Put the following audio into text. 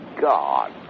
God